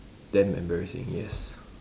damn embarrassing yes